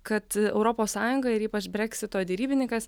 kad europos sąjunga ir ypač breksito derybininkas